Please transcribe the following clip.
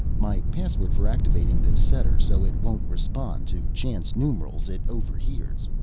my password for activating the setter, so it won't respond to chance numerals it overhears.